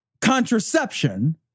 contraception